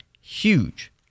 huge